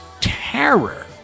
terror